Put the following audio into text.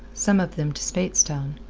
some of them to speightstown,